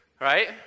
right